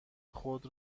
خود